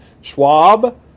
schwab